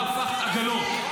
את לא הפכת עגלות.